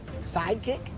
Sidekick